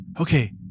Okay